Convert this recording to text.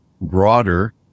broader